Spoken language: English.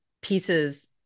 pieces